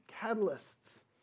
catalysts